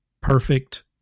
perfect